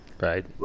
Right